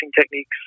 techniques